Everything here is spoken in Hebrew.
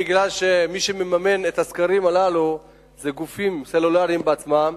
מכיוון שמי שמממן את המחקרים האלה זה גופים סלולריים בעצמם,